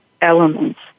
elements